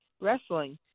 wrestling